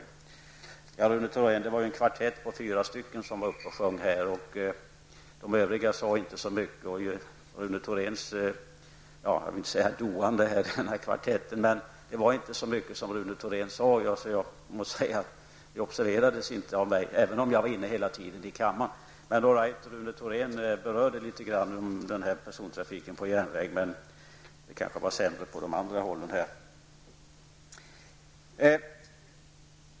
Det var ju, Rune Thorén, en kvartett på fyra personer som var uppe och sjöng här, och de övriga sade inte så mycket. Inte heller Rune Thorén sade särskilt mycket. Jag observerade inte att han sade något om persontrafiken, trots att jag var inne i kammaren hela tiden. Jag erkänner emellertid att Rune Thorén något berörde frågan om persontrafiken på järnväg, men de andra kanske inte sade så mycket om det.